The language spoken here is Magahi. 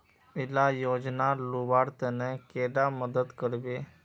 इला योजनार लुबार तने कैडा मदद करबे?